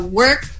work